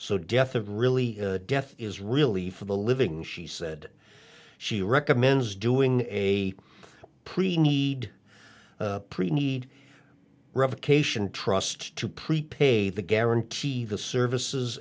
so death of really death is really for the living she said she recommends doing a pretty need pre need revocation trust to prepay the guarantee the services